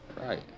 right